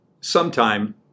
Sometime